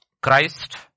Christ